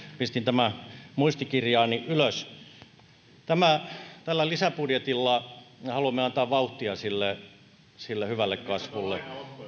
pistin tämän muistikirjaani ylös tällä lisäbudjetilla me haluamme antaa vauhtia sille hyvälle kasvulle